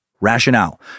Rationale